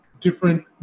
different